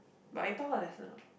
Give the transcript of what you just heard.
but it taught her a lesson ah